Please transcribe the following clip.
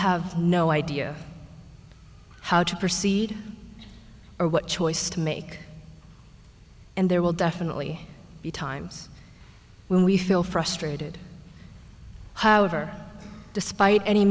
have no idea how to proceed or what choice to make and there will definitely be times when we feel frustrated however despite any